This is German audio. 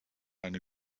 eine